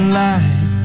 light